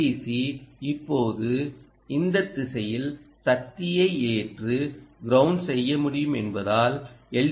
C இப்போது இந்த திசையில் சக்தியை ஏற்று கிரவுன்ட் செய்ய முடியும் என்பதால் எல்